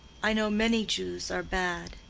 i know many jews are bad.